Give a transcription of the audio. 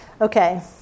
Okay